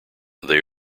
they